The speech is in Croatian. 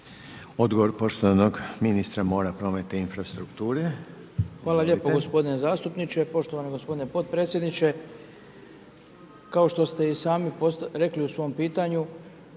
Odgovor poštovanog ministra mora, prometa i infrastrukture.